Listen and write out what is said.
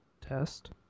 Test